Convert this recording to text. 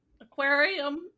aquarium